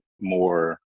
more